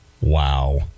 wow